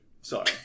Sorry